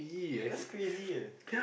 that's crazy eh